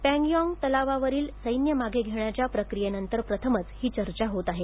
पॅनगॉंग तलावावरील सैन्य मागे घेण्याच्या प्रक्रीयेनंतर प्रथमच ही चर्चा होत आहे